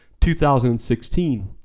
2016